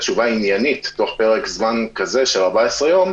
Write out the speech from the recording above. תשובה עניינית בתוך פרק זמן כזה של 14 יום,